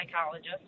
psychologist